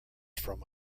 from